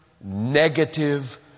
negative